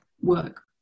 work